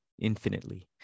infinitely